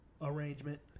Arrangement